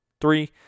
three